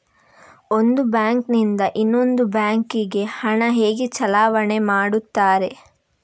ಒಂದು ಬ್ಯಾಂಕ್ ನಿಂದ ಇನ್ನೊಂದು ಬ್ಯಾಂಕ್ ಗೆ ಹಣ ಹೇಗೆ ಚಲಾವಣೆ ಮಾಡುತ್ತಾರೆ?